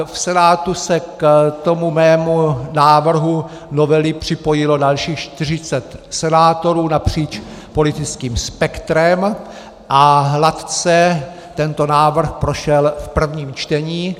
V Senátu se k mému návrhu novely připojilo dalších 40 senátorů napříč politickým spektrem a hladce tento návrh prošel v prvním čtení.